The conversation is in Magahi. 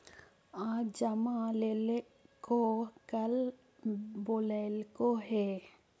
आज जमा लेलको कल बोलैलको हे?